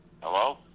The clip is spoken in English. Hello